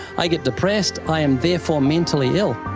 i get depressed. i am therefore mentally ill.